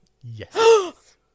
Yes